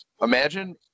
Imagine